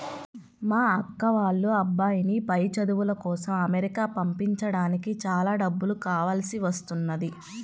మా అక్క వాళ్ళ అబ్బాయిని పై చదువుల కోసం అమెరికా పంపించడానికి చాలా డబ్బులు కావాల్సి వస్తున్నది